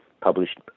published